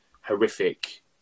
horrific